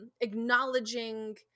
acknowledging